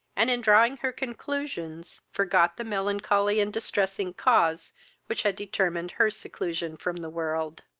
and, in drawing her conclusions, forgot the melancholy and distressing cause which had determined her seclusion from the world.